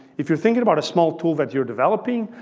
if you're thinking about a small tool that you're developing,